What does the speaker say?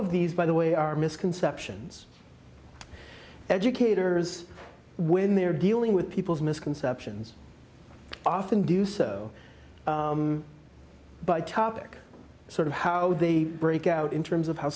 of these by the way are misconceptions educators when they're dealing with people's misconceptions often do so by topic sort of how they break out in terms of how